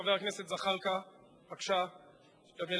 חבר הכנסת ג'מאל זחאלקה, בבקשה.